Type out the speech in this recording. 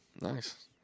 Nice